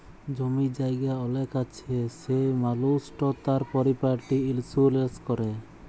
জমি জায়গা অলেক আছে সে মালুসট তার পরপার্টি ইলসুরেলস ক্যরে